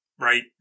right